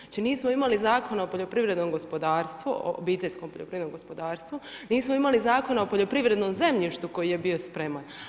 Znači nismo imali Zakon o poljoprivrednom gospodarstvu, o obiteljskom poljoprivrednom gospodarstvu, nismo imali Zakon o poljoprivrednom zemljištu koji je bio spreman.